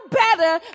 better